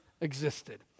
existed